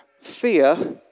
fear